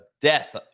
death